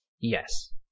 Yes